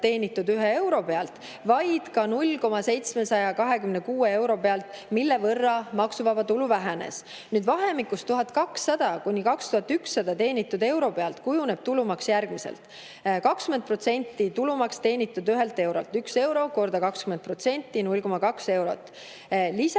teenitud euro pealt, vaid ka 0,726 euro pealt, mille võrra maksuvaba tulu vähenes. Nüüd, vahemikus 1200–2100 teenitud eurode puhul kujuneb tulumaks järgmiselt. 20% tulumaksu 1 eurolt: 1 euro korrutatuna 20%‑ga on 0,2 eurot. Lisaks